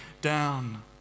down